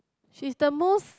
she's the most